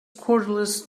cordless